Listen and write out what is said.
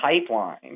pipeline